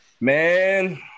Man